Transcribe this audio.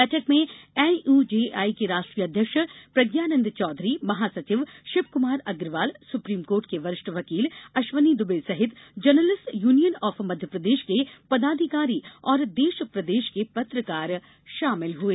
बैठक में एनयूजेआई के राष्ट्रीय अध्यक्ष प्रज्ञानंद चौधरी महासचिव शिवकुमार अग्रवाल सुप्रीम कोर्ट के वरिष्ठ वकील अश्विनी दुबे सहित जर्नलिस्टस यूनियन ऑफ मध्यप्रदेश के पदाधिकारी और देश प्रदेश के पत्रकार शामिल हुए